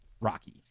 rocky